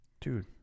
Dude